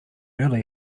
early